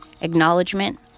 acknowledgement